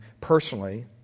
personally